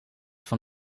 van